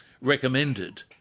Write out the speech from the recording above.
recommended